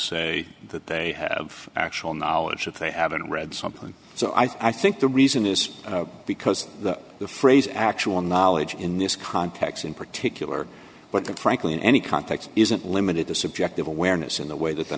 say that they have actual knowledge that they haven't read something so i think the reason is because the the phrase actual knowledge in this context in particular but that frankly in any context isn't limited to subjective awareness in the way that the